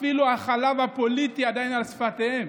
אפילו החלב הפוליטי עדיין על שפתיהם,